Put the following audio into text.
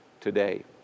today